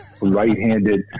right-handed